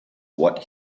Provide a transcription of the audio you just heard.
what